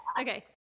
Okay